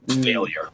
failure